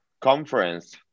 conference